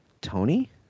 Tony